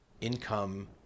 income